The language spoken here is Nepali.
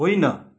होइन